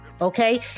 okay